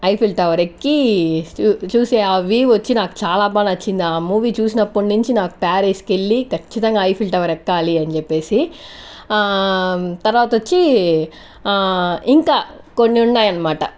Eiffel Tower ఎక్కి చూసే చూసే ఆ వ్యూ వచ్చి నాకు చాలా బాగా నచ్చింది ఆ మూవీ చూసినప్పటి నుంచి నాకు ప్యారిస్కి వెళ్లి ఖచ్చితంగా ఐఫిల్ టవర్ ఎక్కాలి అని చెప్పేసి తరవాత వచ్చి ఇంకా కొన్ని ఉన్నాయనమాట